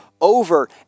over